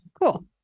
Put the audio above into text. Cool